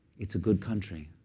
it's a good country.